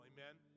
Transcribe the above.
Amen